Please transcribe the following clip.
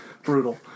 Brutal